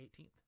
18th